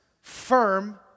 firm